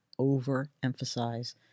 overemphasize